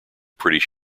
pretty